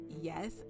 Yes